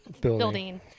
building